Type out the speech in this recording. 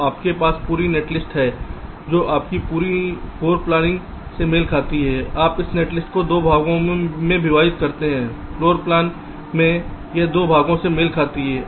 तो आपके पास पूरी नेटलिस्ट netlist है जो आपकी पूरी फ्लोर प्लान से मेल खाती है आप इस नेटलिस्ट को दो भागों में विभाजित करते हैं फ्लोर प्लान में यह दो भागों से मेल खाती है